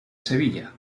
sevilla